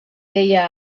deia